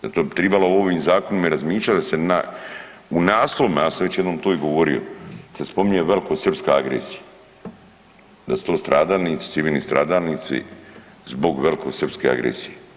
Zato bi tribalo ovim zakonima i razmišljati da se u naslovima, ja sam to jednom već i govorio se spominje velikosrpska agresija, da su to stradalnici, civilni stradalnici zbog velikosrpske agresije.